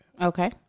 Okay